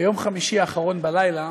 ביום חמישי האחרון, בלילה,